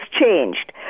changed